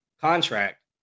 contract